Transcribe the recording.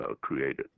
created